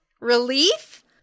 relief